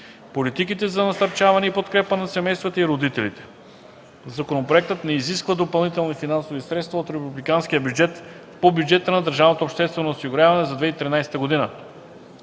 политиките за насърчаване и подкрепа на семействата и родителите. Законопроектът не изисква допълнителни финансови средства от републиканския бюджет по